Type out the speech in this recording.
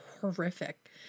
horrific